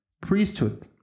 priesthood